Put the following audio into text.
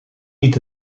niet